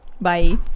bye